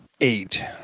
eight